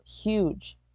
huge